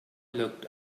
looked